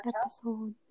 episode